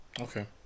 Okay